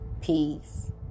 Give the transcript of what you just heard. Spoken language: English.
peace